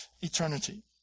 eternity